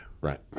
Right